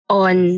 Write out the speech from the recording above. on